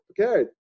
okay